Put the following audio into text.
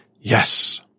yes